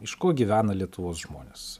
iš ko gyvena lietuvos žmonės